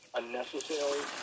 unnecessary